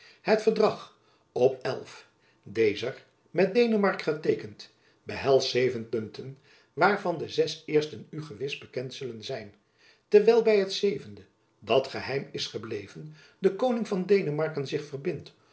het verdrag op dezer met denemarken geteekend behelst zeven punten waarvan de zes eersten u gewis bekend zullen zijn terwijl by het zevende dat geheim is gebleven de koning van denemarken zich verbindt